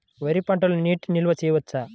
వరి పంటలో నీటి నిల్వ చేయవచ్చా?